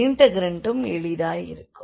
இண்டெக்ரண்டும் எளிதாயிருக்கும்